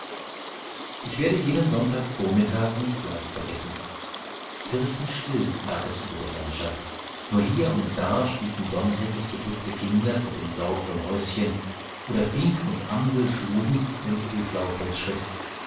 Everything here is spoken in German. ich werde jenen sonntagvormittag nicht leicht vergessen kirchenstill lag es über der landschaft nur hier und da spielten sonntäglich geputzte kinder vor den sauberen häuschen oder fink und amsel schlugen wenn ich durch laubholz schritt